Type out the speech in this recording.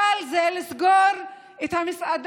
הקל זה לסגור את המסעדות,